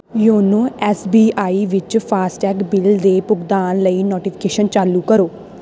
YONO S B I ਵਿੱਚ FASTag bill ਦੇ ਭੁਗਦਾਨ ਲਈ ਨੋਟੀਫਿਕੇਸ਼ਨ ਚਾਲੂ ਕਰੋ